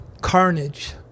carnage